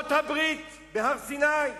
לוחות הברית בהר-סיני.